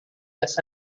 las